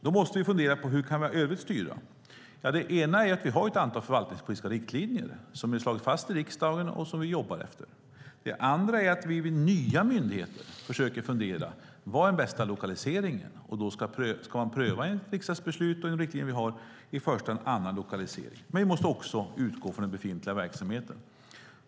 Då måste man fundera på hur man i övrigt kan styra. Det ena är att vi har ett antal förvaltningspolitiska riktlinjer som vi har slagit fast i riksdagen och som vi jobbar efter. Det andra är att vi vid nya myndigheter försöker fundera över vad som är den bästa lokaliseringen. Då ska man enligt riksdagsbeslut och de riktlinjer vi har i första hand pröva en annan lokalisering, men vi måste också utgå från den befintliga verksamheten.